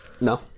No